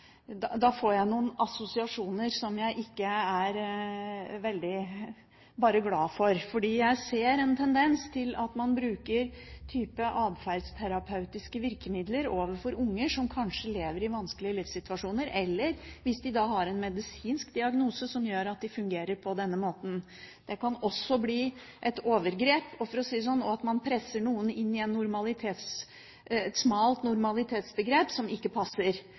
Da må jeg nok innrømme at jeg får noen assosiasjoner som jeg ikke er bare glad for. Jeg ser en tendens til at man bruker atferdsterapeutiske virkemidler overfor unger som kanskje lever i vanskelige livssituasjoner eller som har en medisinsk diagnose som gjør at de fungerer på denne måten. Det kan også bli et overgrep å presse noen inn i et smalt normalitetsbegrep som ikke passer,